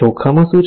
જોખમો શું છે